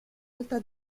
alta